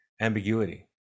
ambiguity